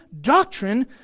doctrine